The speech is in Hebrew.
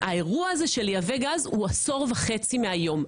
האירוע הזה של לייבא גז הוא עשור וחצי מהיום,